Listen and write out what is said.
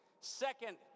Second